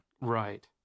Right